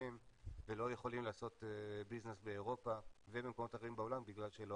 ולא יכולים לעשות ביזנס באירופה ובמקומות